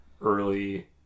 early